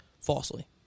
falsely